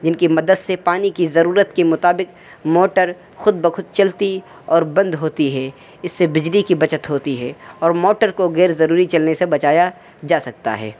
جن کی مدد سے پانی کی ضرورت کے مطابق موٹر خود بخود چلتی اور بند ہوتی ہے اس سے بجلی کی بچت ہوتی ہے اور موٹر کو غیر ضروری چلنے سے بچایا جا سکتا ہے